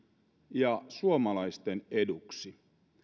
ja suomalaisten eduksi